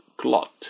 clot